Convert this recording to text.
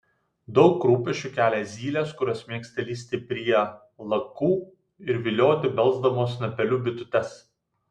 daug rūpesčių kelia zylės kurios mėgsta lįsti prie lakų ir vilioti belsdamos snapeliu bitutes